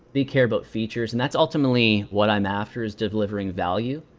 they care about features, and that's ultimately what i'm after is delivering value.